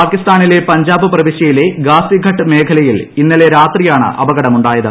പാകിസ്ഥാനിലെ പഞ്ചാബ് പ്രവിശ്യയിലെ ഗാസി ഘട്ട് മേഖലയിൽ ഇന്നലെ രാത്രിയാണ് അപകടമുണ്ടായത്